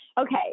Okay